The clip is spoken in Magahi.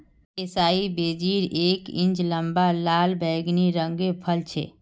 एसाई बेरीज एक इंच लंबा लाल बैंगनी रंगेर फल छे